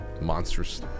monstrous